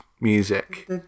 music